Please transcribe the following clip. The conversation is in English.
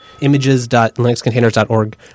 images.linuxcontainers.org